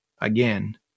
again